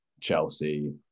Chelsea